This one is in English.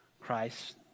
Christ